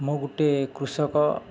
ମୁଁ ଗୋଟେ କୃଷକ